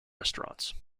restaurants